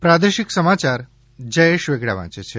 પ્રાદેશિક સમાચાર જયેશ વેગડા વાંચે છે